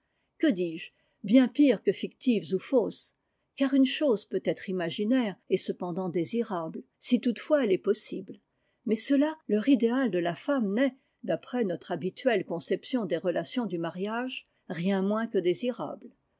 que dis-je bien pires que fictives ou fausses car une chose peut être imaginaire et cependant désirable si toutefois elle est possible mais cela leur idéal de la femme n'est d'après notre habituelle conception des relations du mariage rien moins que désirable